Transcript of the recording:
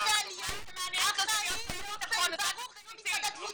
משרד הקליטה והעליה אחראי באופן ברור --- משרד התפוצות.